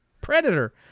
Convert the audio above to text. predator